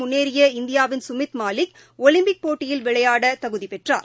முன்னேறிய உலக இந்தியாவின் சுமித் மாலிக் ஒலிம்பிக் போட்டியில் விளையாட தகுதிப்பெற்றார்